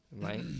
Right